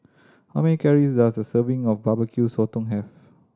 how many calories does a serving of Barbecue Sotong have